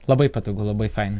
labai patogu labai faina